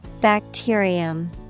Bacterium